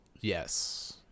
Yes